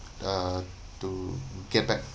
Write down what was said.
uh to get back